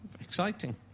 Exciting